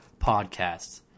Podcasts